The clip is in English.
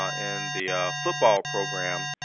in the football program,